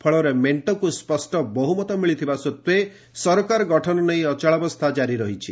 ଫଳରେ ମେଣ୍ଟକୁ ସ୍ୱଷ୍ଟ ବହ୍ରମତ ମିଳିଥିବା ସତ୍ତ୍ୱେ ସରକାର ଗଠନ ନେଇ ଅଚଳାବସ୍ଥା କାରି ରହିଛି